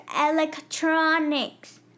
electronics